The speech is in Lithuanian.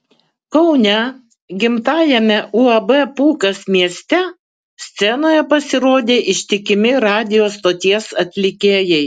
kaune gimtajame uab pūkas mieste scenoje pasirodė ištikimi radijo stoties atlikėjai